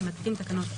אני מתקין תקנות אלה: